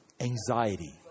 anxiety